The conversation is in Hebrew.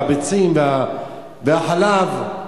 הביצים והחלב,